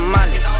Money